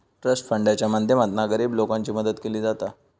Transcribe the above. trust फंडाच्या माध्यमातना गरीब लोकांची मदत केली जाता